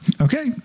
Okay